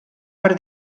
per